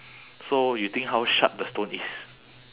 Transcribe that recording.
so you think how sharp the stone is